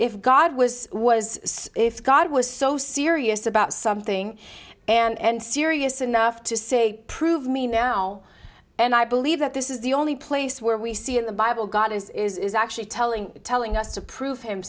god was was if god was so serious about something and serious enough to say prove me now and i believe that this is the only place where we see in the bible god is actually telling telling us to prove him